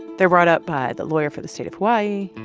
they're brought up by the lawyer for the state of hawaii.